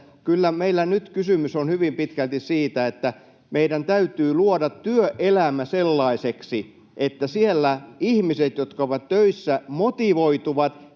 kyllä meillä nyt kysymys on hyvin pitkälti siitä, että meidän täytyy luoda työelämä sellaiseksi, että siellä ihmiset, jotka ovat töissä, motivoituvat.